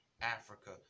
Africa